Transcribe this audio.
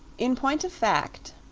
in point of fact,